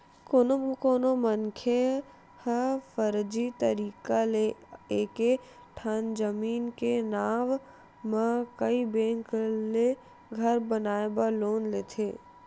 कोनो कोनो मनखे ह फरजी तरीका ले एके ठन जमीन के नांव म कइ बेंक ले घर बनाए बर लोन लेथे